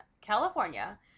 California